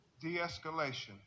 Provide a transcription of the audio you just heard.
de-escalation